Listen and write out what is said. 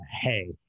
hey